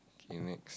okay next